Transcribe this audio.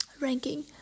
ranking